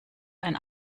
ein